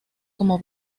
como